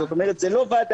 זאת אומרת זה לא ועדה,